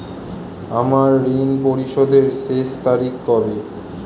আমার ঋণ পরিশোধের শেষ তারিখ কবে?